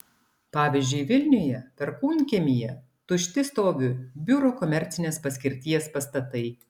pavyzdžiui vilniuje perkūnkiemyje tušti stovi biuro komercinės paskirties pastatai